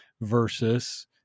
versus